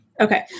Okay